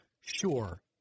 sure